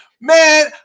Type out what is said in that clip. man